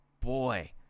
boy